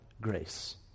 grace